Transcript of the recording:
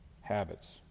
habits